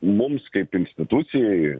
mums kaip institucijai